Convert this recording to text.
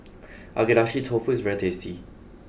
Agedashi Dofu is very tasty